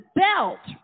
belt